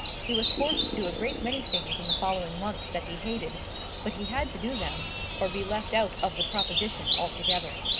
he was forced to do a great many things in the following months that he hated but he had to do them or be left out of the proposition altogether.